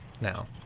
now